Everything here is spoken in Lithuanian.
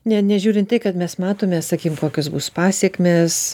ne nežiūrint tai kad mes matome sakykim kokios bus pasekmės